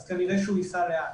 אז כנראה שהוא ייסע לאט.